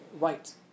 right